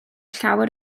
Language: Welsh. llawer